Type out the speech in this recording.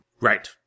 right